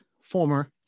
former